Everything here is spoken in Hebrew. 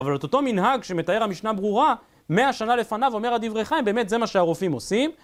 אבל את אותו מנהג שמתאר המשנה ברורה, מאה שנה לפניו אומר הדברי חיים, באמת זה מה שהרופאים עושים?